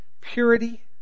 purity